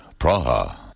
Praha